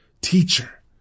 teacher